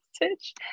message